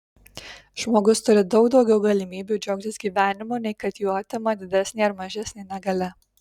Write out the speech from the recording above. žmogus turi daug daugiau galimybių džiaugtis gyvenimu nei kad jų atima didesnė ar mažesnė negalia